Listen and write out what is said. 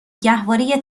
گهواره